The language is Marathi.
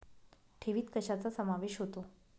ठेवीत कशाचा समावेश होतो?